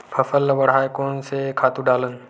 फसल ल बढ़ाय कोन से खातु डालन?